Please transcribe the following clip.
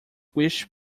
wish